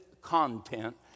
content